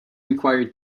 require